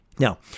Now